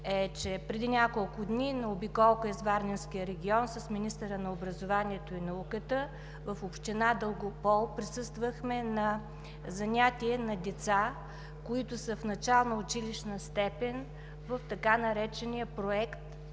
е, че преди няколко дни на обиколка из варненския регион с министъра на образованието и науката в община Дългопол присъствахме на занятие на деца, които са в начална училищна степен, в така наречения проект